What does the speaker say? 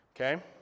Okay